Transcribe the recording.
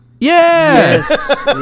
Yes